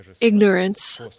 ignorance